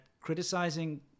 criticizing